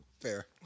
Fair